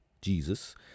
Jesus